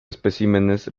especímenes